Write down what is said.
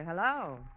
hello